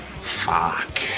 Fuck